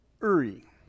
Uri